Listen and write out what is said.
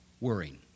worrying